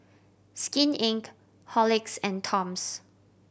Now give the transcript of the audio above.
Skin Inc Horlicks and Toms